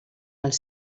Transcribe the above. els